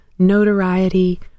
notoriety